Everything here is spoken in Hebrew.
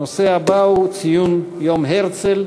הנושא הבא הוא ציון יום הרצל.